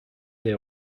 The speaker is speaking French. des